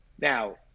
Now